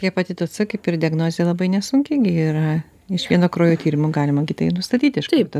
hepatito c kaip ir diagnozė labai nesunkiai gi yra iš vieno kraujo tyrimo galima gi tai nustatyt iš karto